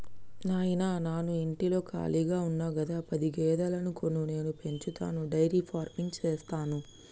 నాయిన నాను ఇంటిలో కాళిగా ఉన్న గదా పది గేదెలను కొను నేను పెంచతాను డైరీ ఫార్మింగ్ సేస్తాను